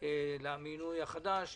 על המינוי החדש.